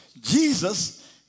Jesus